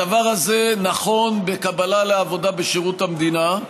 הדבר הזה נכון לקבלה לעבודה בשירות המדינה,